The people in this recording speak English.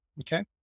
okay